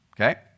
okay